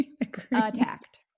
attacked